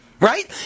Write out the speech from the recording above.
Right